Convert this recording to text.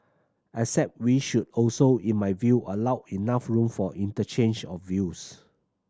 except we should also in my view allow enough room for interchange of views